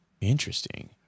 interesting